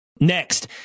Next